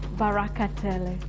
baraka tele.